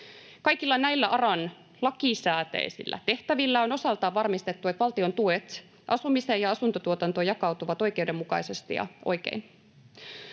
Kaikilla näillä ARAn lakisääteisillä tehtävillä on osaltaan varmistettu, että valtion tuet asumiseen ja asuntotuotantoon jakautuvat oikeudenmukaisesti ja oikein.